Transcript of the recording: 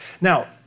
Now